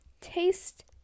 Taste